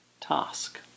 Task